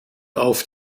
auf